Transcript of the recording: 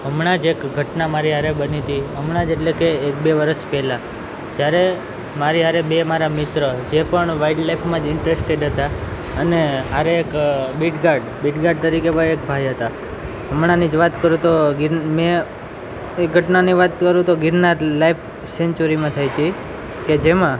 હમણાં જ એક ઘટના મારી હારે બની તી હમણાં જ એટલે કે એક બે વર્ષ પહેલા જ્યારે મારી સાથે બે મારા મિત્ર જે પણ વાઈલ્ડ લાઈફમાં જ ઇન્ટરેસ્ટેડ હતા અને હારે એક બિડ ગાર્ડ બિડ ગાર્ડ તરીકે ભાઈ એક ભાઈ હતા હમણાંની જ વાત કરું તો ગીર મેં એ ઘટનાની વાત કરું તો ગિરનાર લાઈફ સેન્ચુરી માં થઈ હતી કે જેમાં